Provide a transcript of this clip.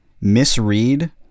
misread